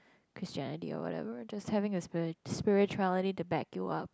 Christianity or whatever just having a spiri~ spirituality to back you up